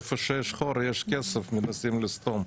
איפה שיש חור יש כסף, מנסים לסתום,